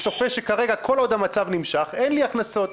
צופה שכרגע כל עוד המצב נמשך אין לו הכנסות.